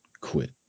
quit